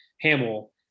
Hamill